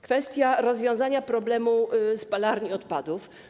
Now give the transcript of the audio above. Kwestia rozwiązania problemu spalarni odpadów.